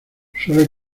suele